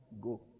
go